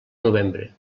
novembre